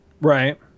Right